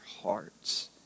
hearts